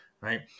Right